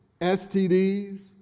STDs